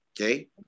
Okay